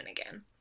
again